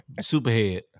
Superhead